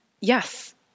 yes